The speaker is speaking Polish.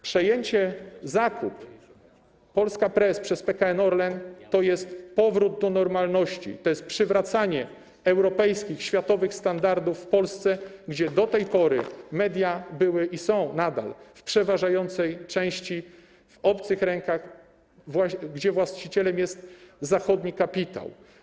Przejęcie, zakup Polska Press przez PKN Orlen to jest powrót do normalności, to jest przywracanie europejskich, światowych standardów w Polsce, gdzie do tej pory media były, i są nadal, w przeważającej części w obcych rękach, gdzie właścicielem jest zachodni kapitał.